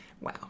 Wow